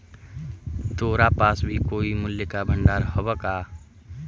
तोरा पास भी कोई मूल्य का भंडार हवअ का